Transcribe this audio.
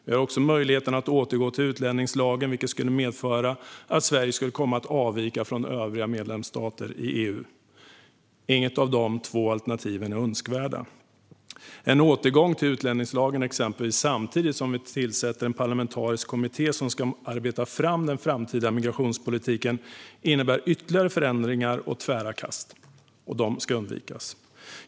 Vi har också möjligheten att återgå till utlänningslagen, vilket skulle medföra att Sverige skulle komma att avvika från övriga medlemsstater i EU. Inget av dessa två alternativ är önskvärt. En återgång till utlänningslagen, samtidigt som vi tillsätter en parlamentarisk kommitté som ska arbeta fram den framtida migrationspolitiken, innebär ytterligare förändringar och tvära kast. Sådana ska undvikas.